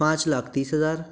पाँच लाख तीस हज़ार